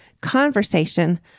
conversation